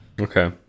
Okay